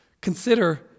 Consider